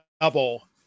double